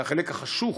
וזה החלק החשוך